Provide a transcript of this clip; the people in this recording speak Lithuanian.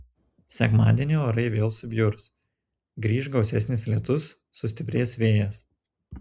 sekmadienį orai vėl subjurs grįš gausesnis lietus sustiprės vėjas